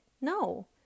no